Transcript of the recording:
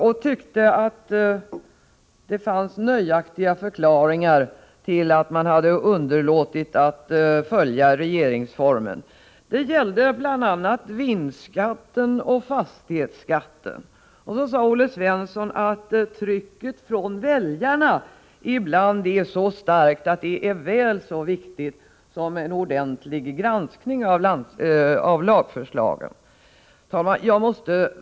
Han tyckte att det fanns nöjaktiga förklaringar till att man hade underlåtit att följa regeringsformen. Det gällde bl.a. vinstskatten och fastighetsskatten. Olle Svensson sade att trycket från väljarna ibland är så starkt att det är väl så viktigt med ett snabbt beslut som med en ordentlig granskning av lagförslagen. Herr talman!